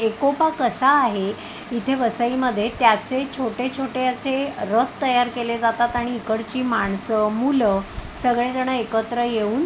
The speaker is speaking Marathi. एकोपा कसा आहे इथे वसईमध्ये त्याचे छोटे छोटे असे रथ तयार केले जातात आणि इकडची माणसं मुलं सगळेजण एकत्र येऊन